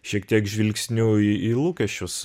šiek tiek žvilgsniu į į lūkesčius